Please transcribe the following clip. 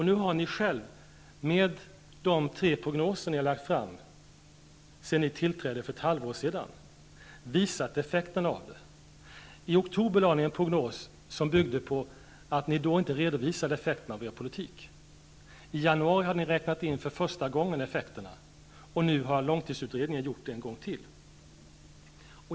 Nu har ni själv med de tre prognoser ni har lagt fram sedan ni tillträdde för ett halvår sedan visat effekterna av detta. I oktober lade ni fram en prognos som byggde på att ni då inte redovisade effekterna av er politik. I januari hade ni för första gången räknat in effekterna, och nu har långtidsutredningen gjort det en gång till.